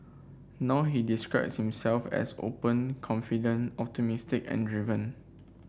now he describes himself as open confident optimistic and driven